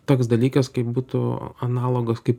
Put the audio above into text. toks dalykas kaip būtų analogas kaip